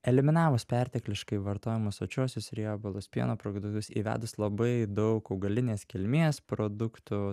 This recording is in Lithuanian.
eliminavus pertekliškai vartojamus sočiuosius riebalus pieno produktus įvedus labai daug augalinės kilmės produktų